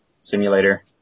simulator